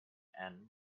end